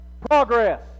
Progress